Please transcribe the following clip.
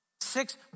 Six